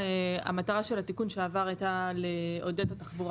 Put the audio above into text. המטרה של התיקון שעבר היה לעודד את התחבורה